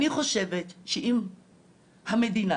אני חושבת, שאם המדינה